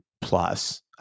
plus